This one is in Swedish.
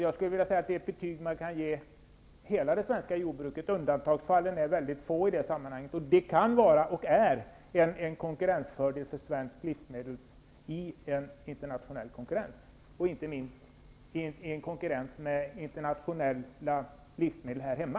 Jag skulle vilja säga att det är ett betyg som man kan ge hela det svenska jordbruket. Undantagen är mycket få. Det kan vara en konkurrensfördel för svenska livsmedel i den internationella konkurrensen och inte minst i konkurrens med internationella livsmedel här hemma.